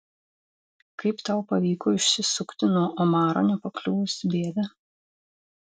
kaip tau pavyko išsisukti nuo omaro nepakliuvus į bėdą